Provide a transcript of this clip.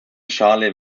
schale